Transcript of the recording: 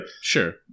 sure